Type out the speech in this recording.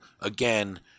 again